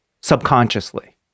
subconsciously